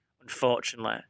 unfortunately